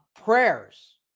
Prayers